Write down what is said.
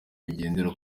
bigendera